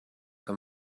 que